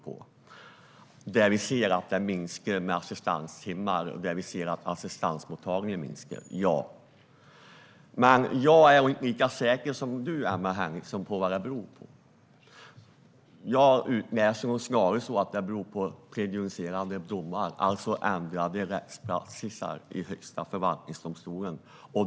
Då ser vi att det minskar med assistanstimmar och assistansmottagning. Men jag är inte lika säker som du, Emma Henriksson, på vad det beror på. Jag anser snarare att det beror på prejudicerande domar, alltså ändrad rättspraxis i Högsta förvaltningsdomstolen.